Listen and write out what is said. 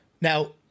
Now